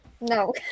no